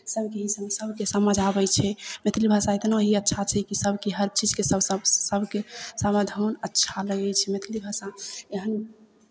सभके ई सभके समझ आबै छै मैथिली भाषा इतना ही अच्छा छै कि सभके हर चीजके सभ सभ सभके समझमे अच्छा लगै छै मैथिली भाषा इएह लेल